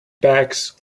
bags